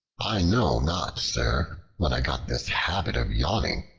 i know not, sir, when i got this habit of yawning,